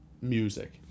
music